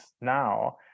now